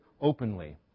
openly